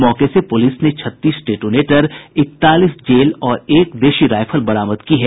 मौके से पुलिस ने छत्तीस डेटोनेटर इकतालीस जेल और एक देशी रायफल बरामद की है